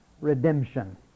redemption